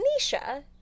Nisha